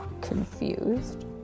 confused